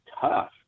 tough